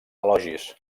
elogis